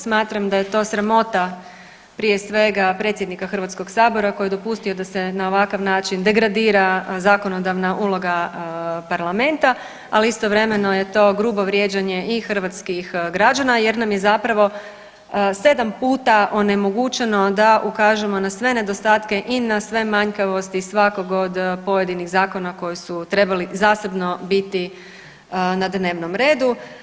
Smatram da je to sramota prije svega predsjednika HS koji je dopustio da se na ovakav način degradira zakonodavna uloga parlamenta, ali istovremeno je to grubo vrijeđanje i hrvatskih građana jer nam je zapravo 7 puta onemogućeno da ukažemo na sve nedostatke i na sve manjkavosti svakog od pojedinih zakona koji su trebali zasebno biti na dnevnom redu.